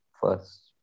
first